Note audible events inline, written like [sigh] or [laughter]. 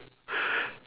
[noise]